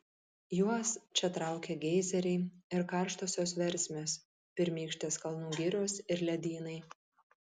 juos čia traukia geizeriai ir karštosios versmės pirmykštės kalnų girios ir ledynai